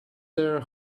their